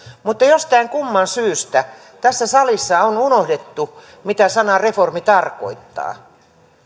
mutta jostain kumman syystä tässä salissa on unohdettu mitä sana reformi tarkoittaa